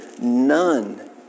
none